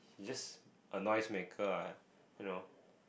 he's just a noise maker lah you know